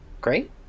Great